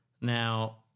Now